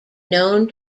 known